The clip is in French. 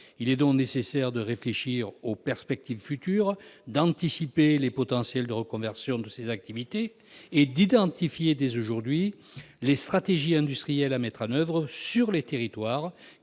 Il est donc nécessaire de réfléchir aux perspectives d'évolution, d'anticiper les potentielles reconversions de ces activités et d'identifier, dès aujourd'hui, les stratégies industrielles à mettre en oeuvre sur les territoires